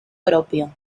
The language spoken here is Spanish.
propio